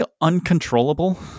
uncontrollable